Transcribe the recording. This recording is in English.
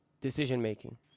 decision-making